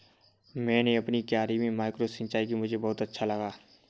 मैंने अपनी क्यारी में माइक्रो सिंचाई की मुझे बहुत अच्छा लगा